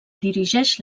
dirigeix